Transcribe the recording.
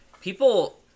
People